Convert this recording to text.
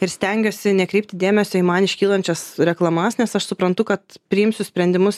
ir stengiuosi nekreipti dėmesio į man iškylančias reklamas nes aš suprantu kad priimsiu sprendimus